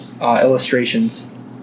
illustrations